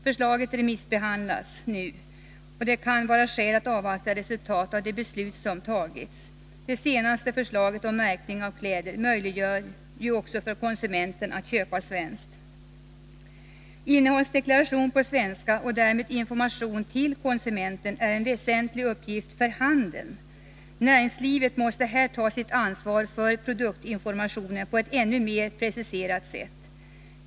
Förslaget remissbehandlas nu, och det kan vara skäl att avvakta resultatet av de beslut som tagits. Det senaste förslaget om märkning av kläder möjliggör ju också för konsumenten att köpa svenskt. Innehållsdeklaration på svenska och därmed information till konsumenten är en väsentlig uppgift för handeln. Näringslivet måste här ta sitt ansvar för produktinformationen på ett ännu mer preciserat sätt.